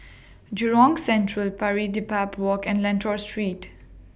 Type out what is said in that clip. Jurong Central Pari Dedap Walk and Lentor Street